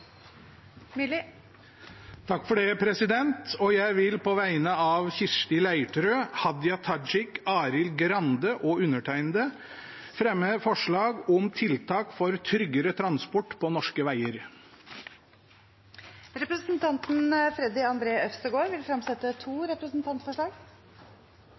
Jeg vil på vegne av Kirsti Leirtrø, Hadia Tajik, Arild Grande og meg selv fremme et forslag om tiltak for tryggere transport på norske veger. Representanten Freddy André Øvstegård vil